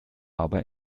aber